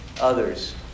others